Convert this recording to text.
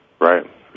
right